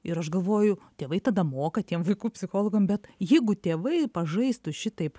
ir aš galvoju tėvai tada moka tiem vaikų psichologam bet jeigu tėvai pažaistų šitaip